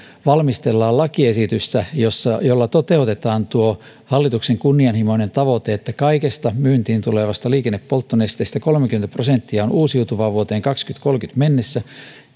valmistellaan lakiesitystä jolla jolla toteutetaan tuo hallituksen kunnianhimoinen tavoite että kaikesta myyntiin tulevasta liikennepolttonesteestä kolmekymmentä prosenttia on uusiutuvaa vuoteen kaksituhattakolmekymmentä mennessä